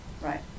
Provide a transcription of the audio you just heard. Right